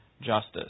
justice